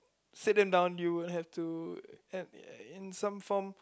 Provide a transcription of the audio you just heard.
sit them down you would have to and in some form